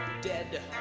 dead